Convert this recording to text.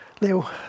Leo